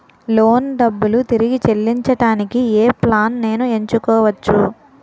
Loan డబ్బులు తిరిగి చెల్లించటానికి ఏ ప్లాన్ నేను ఎంచుకోవచ్చు?